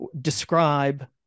describe